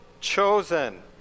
chosen